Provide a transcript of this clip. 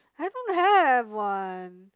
I don't have one